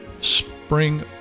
spring